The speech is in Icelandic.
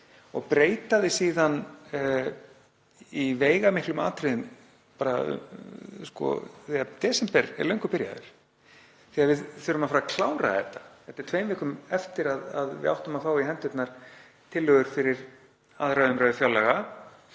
og breytir því síðan í veigamiklum atriðum þegar desember er löngu byrjaður, þegar við þurfum að fara að klára þetta. Þetta er tveimur vikum eftir að við áttum að fá í hendurnar tillögur fyrir 2. umr. fjárlaga.